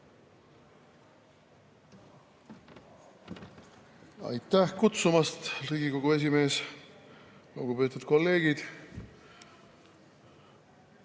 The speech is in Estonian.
Aitäh kutsumast, Riigikogu esimees! Lugupeetud kolleegid!